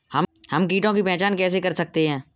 हम कीटों की पहचान कैसे कर सकते हैं?